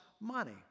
money